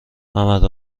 ممد